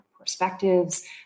perspectives